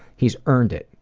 he's earned it.